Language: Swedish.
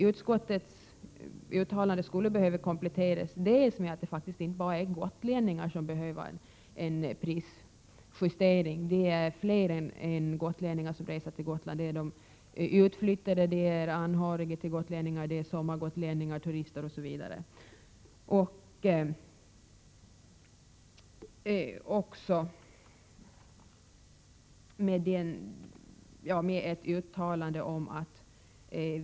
Utskottets uttalande bör kompletteras med att det faktiskt inte bara är gotlänningar som behöver en prisjustering. Det är fler än gotlänningar som reser till Gotland. Det är utflyttade, det är anhöriga till gotlänningar, det är sommargotlänningar, turister osv.